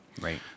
Right